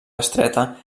estreta